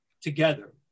together